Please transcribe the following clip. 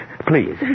Please